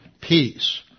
peace